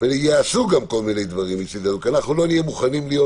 וייעשו גם כל מיני דברים מצדנו כי אנחנו לא נהיה מוכנים להיות